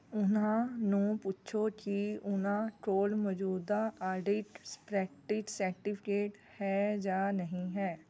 ਉਨ੍ਹਾਂ ਨੂੰ ਪੁੱਛੋ ਕਿ ਉਨ੍ਹਾਂ ਕੋਲ ਮੌਜੂਦਾ ਆਡਿਟਸ ਪ੍ਰੈਕਟਿਸ ਸਰਟੀਫਿਕੇਟ ਹੈ ਜਾਂ ਨਹੀਂ ਹੈ